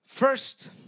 First